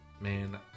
man